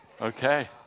Okay